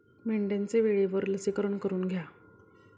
मेंढ्यांचे वेळेवर लसीकरण करून घ्या